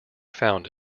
found